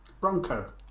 Bronco